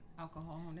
alcohol